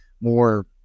more